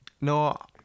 no